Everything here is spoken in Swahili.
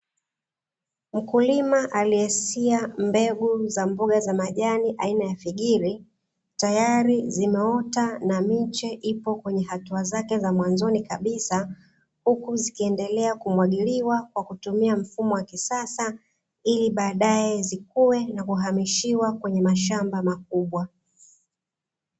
Mkulima aliyesia mbegu za mboga za majani aina ya figiri tayari zimeota na miche ipo kwenye hatua zake za mwanzoni kabisa huku zikiendelea kumwagiliwa kwa kutumia mfumo wa kisasa ili baadae zikue na kuhamishiwa kwenye mashamba makubwa.